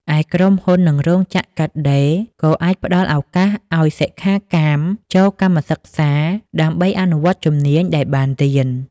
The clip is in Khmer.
ឯក្រុមហ៊ុន និងរោងចក្រកាត់ដេរក៏អាចផ្តល់ឱកាសឱ្យសិក្ខាកាមចូលកម្មសិក្សា ដើម្បីអនុវត្តជំនាញដែលបានរៀន។